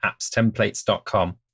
appstemplates.com